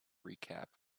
recap